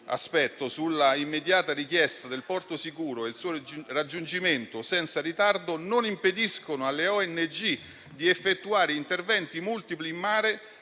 aspetto sull'immediata richiesta del porto sicuro e il suo raggiungimento senza ritardo non impediscono alle ONG di effettuare interventi multipli in mare